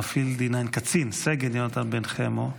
מפעיל D9, קצין, סגן יונתן בן חמו,